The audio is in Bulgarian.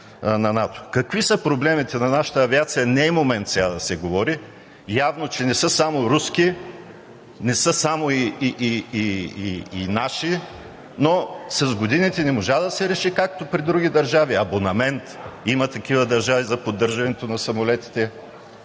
Какви са проблемите на нашата авиация не е момент сега да се говори. Явно е, че не са само руски, не са само наши, но с годините не можа да се реши както при другите държави – абонамент за поддържането на самолетите.